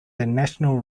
national